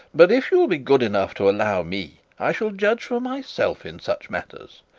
but if you'll be good enough to allow me, i shall judge for myself in such matters.